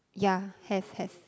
yeah have have